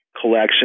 collection